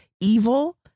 evil